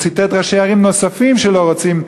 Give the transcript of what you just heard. הוא ציטט ראשי ערים נוספים שלא רוצים,